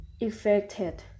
affected